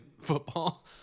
football